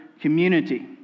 community